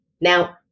Now